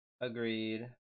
Agreed